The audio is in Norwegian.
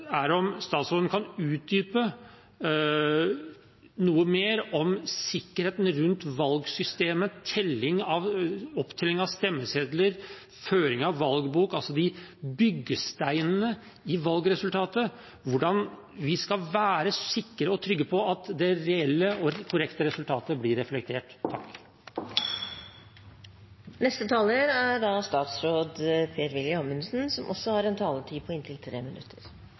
er om statsråden kan utdype noe mer om sikkerheten rundt valgsystemet, opptelling av stemmesedler, føring av valgbok – byggesteinene i valgresultatene – hvordan vi skal være sikre og trygge på at det reelle og korrekte resultatet blir reflektert.